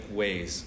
ways